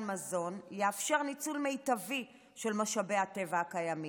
מזון יאפשר ניצול מיטבי של משאבי הטבע הקיימים,